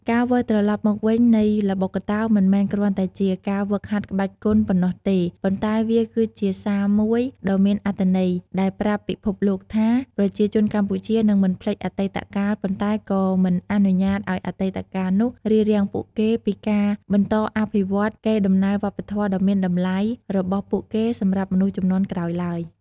ការវិលត្រឡប់មកវិញនៃល្បុក្កតោមិនមែនគ្រាន់តែជាការហ្វឹកហាត់ក្បាច់គុនប៉ុណ្ណោះទេ ប៉ុន្តែវាគឺជាសារមួយដ៏មានអត្ថន័យ ដែលប្រាប់ពិភពលោកថា ប្រជាជនកម្ពុជានឹងមិនភ្លេចអតីតកាល ប៉ុន្តែក៏មិនអនុញ្ញាតឱ្យអតីតកាលនោះរារាំងពួកគេពីការ បន្តអភិវឌ្ឍ កេរដំណែលវប្បធម៌ដ៏មានតម្លៃរបស់ពួកគេសម្រាប់មនុស្សជំនាន់ក្រោយឡើយ។